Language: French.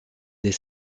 des